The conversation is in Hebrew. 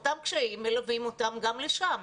אותם קשיים מלווים אותם גם לשם,